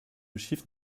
chiffre